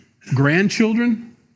Grandchildren